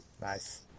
Nice